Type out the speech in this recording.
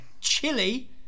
chili